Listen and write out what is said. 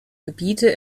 gebiete